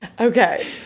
Okay